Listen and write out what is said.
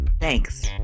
thanks